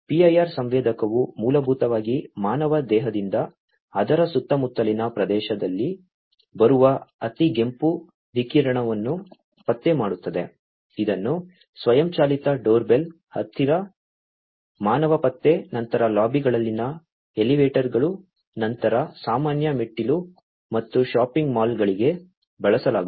PIR ಸಂವೇದಕವು ಮೂಲಭೂತವಾಗಿ ಮಾನವ ದೇಹದಿಂದ ಅದರ ಸುತ್ತಮುತ್ತಲಿನ ಪ್ರದೇಶದಲ್ಲಿ ಬರುವ ಅತಿಗೆಂಪು ವಿಕಿರಣವನ್ನು ಪತ್ತೆ ಮಾಡುತ್ತದೆ ಇದನ್ನು ಸ್ವಯಂಚಾಲಿತ ಡೋರ್ಬೆಲ್ ಹತ್ತಿರ ಮಾನವ ಪತ್ತೆ ನಂತರ ಲಾಬಿಗಳಲ್ಲಿನ ಎಲಿವೇಟರ್ಗಳು ನಂತರ ಸಾಮಾನ್ಯ ಮೆಟ್ಟಿಲು ಮತ್ತು ಶಾಪಿಂಗ್ ಮಾಲ್ಗಳಿಗೆ ಬಳಸಲಾಗುತ್ತದೆ